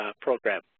program